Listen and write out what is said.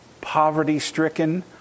poverty-stricken